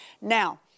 Now